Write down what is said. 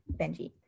benji